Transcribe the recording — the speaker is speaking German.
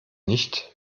nicht